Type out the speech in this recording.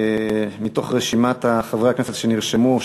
מתוך רשימת חברי הכנסת שנרשמו,